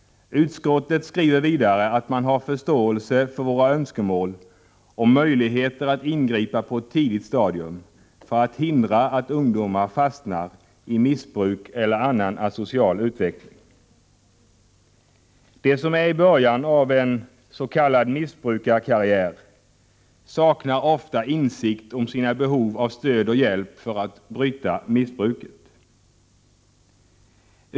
Utskottet skriver att man har förståelse för våra önskemål om möjligheter att ingripa på ett tidigt stadium för att hindra att ungdomar fastnar i missbruk eller annan asocial utveckling. De som är i början av en ”missbrukskarriär” saknar ofta insikt om sina behov av stöd och hjälp för att bryta missbruket.